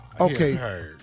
Okay